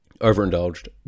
overindulged